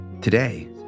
Today